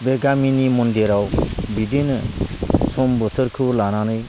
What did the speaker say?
बे गामिनि मन्दिराव बिदिनो सम बोथोरखौ लानानै